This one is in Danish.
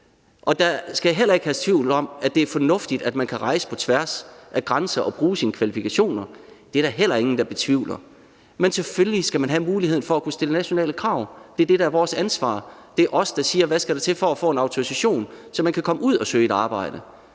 og der skal heller ikke herske tvivl om, at det er fornuftigt, at man kan rejse på tværs af grænser og bruge sine kvalifikationer. Det er der heller ingen der betvivler. Men selvfølgelig skal man have muligheden for at kunne stille nationale krav. Det er det, der er vores ansvar. Det er os, der siger, hvad der skal til for at få en autorisation, så man kan komme ud at søge et arbejde,